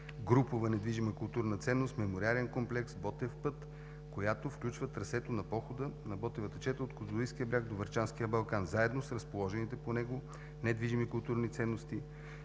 групова недвижима културна ценност – мемориален комплекс „Ботев път“, която включва трасето на похода на Ботевата чета от Козлодуйския бряг до Врачанския балкан, заедно с разположените по него недвижими културни ценности,